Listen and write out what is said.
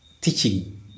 teaching